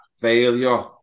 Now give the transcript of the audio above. failure